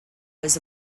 was